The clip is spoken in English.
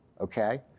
okay